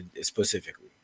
specifically